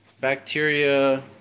bacteria